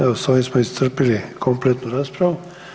Evo s ovim smo iscrpili kompletnu raspravu.